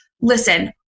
Listen